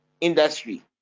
industry